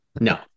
No